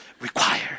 required